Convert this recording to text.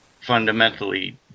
fundamentally